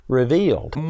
revealed